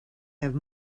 have